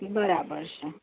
બરાબર છે